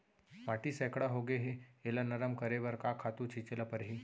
माटी सैकड़ा होगे है एला नरम करे बर का खातू छिंचे ल परहि?